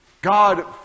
God